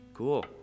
Cool